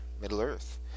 Middle-earth